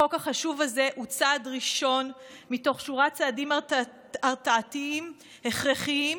החוק החשוב הזה הוא צעד ראשון מתוך שורת צעדים הרתעתיים הכרחיים